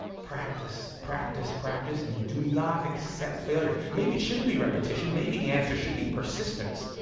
practice, practice, practice, and do not accept failure. maybe it shouldn't be repetition, maybe the answer should be persistence.